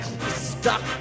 stuck